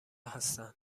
هستن